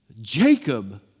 Jacob